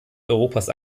europas